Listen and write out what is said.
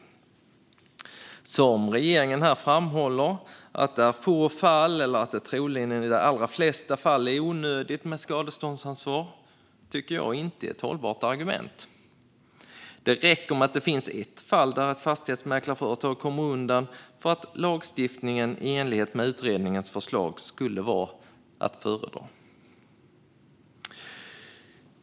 Jag tycker inte att det är ett hållbart argument att som regeringen här framhålla att det är få fall eller att det troligen i de allra flesta fall är onödigt med skadeståndsansvar. Det räcker att det finns ett fall där ett fastighetsmäklarföretag kommer undan för att lagstiftningen i enlighet med utredningens förslag skulle vara att föredra.